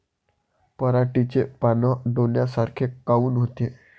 पराटीचे पानं डोन्यासारखे काऊन होते?